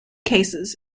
cases